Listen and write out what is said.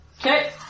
Okay